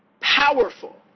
powerful